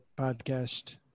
podcast